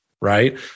right